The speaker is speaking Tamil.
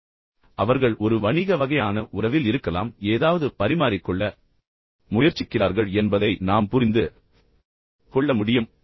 இப்போது அவர்கள் ஒரு வணிக வகையான உறவில் இருக்கலாம் எனவே அவர்கள் ஒருவருக்கொருவர் ஏதாவது பரிமாறிக்கொள்ள முயற்சிக்கிறார்கள் என்பதை நாம் புரிந்து கொள்ள முடியும்